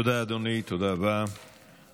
תודה רבה, אדוני.